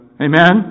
Amen